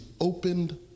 opened